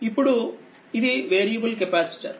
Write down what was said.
ఇప్పుడుఇది variable capacitor